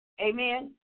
Amen